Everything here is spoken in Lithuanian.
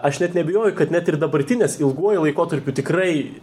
aš net neabejoju kad net ir dabartinės ilguoju laikotarpiu tikrai